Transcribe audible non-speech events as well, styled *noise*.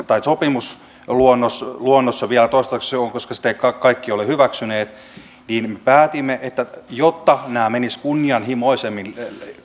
*unintelligible* tämä sopimusluonnos luonnos se vielä toistaiseksi on koska sitä eivät kaikki ole hyväksyneet niin me päätimme että jotta nämä menisivät kunnianhimoisemmin